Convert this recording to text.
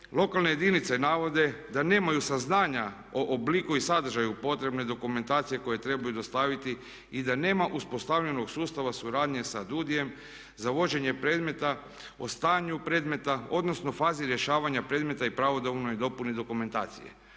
lokalne jedinice navode da nemaju saznanja o obliku i sadržaju potrebne dokumentacije koje trebaju dostaviti i da nema uspostavljenog sustava suradnje sa DUDI-em za vođenje predmeta, o stanju predmeta odnosno fazi rješavanja predmeta i pravodobnoj dopuni dokumentacije.